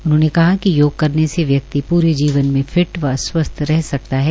उन्होंने कहा कि योग करने से व्यक्ति प्रे जीवन मे फिट व स्वस्थ रह सकता है